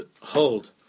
hold